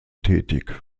tätig